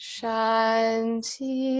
Shanti